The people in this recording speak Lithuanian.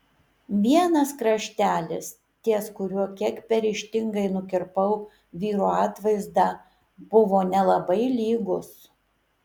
vienas kraštelis ties kuriuo kiek per ryžtingai nukirpau vyro atvaizdą buvo nelabai lygus